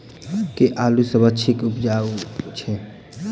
केँ आलु सबसँ नीक उबजय छै?